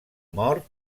mort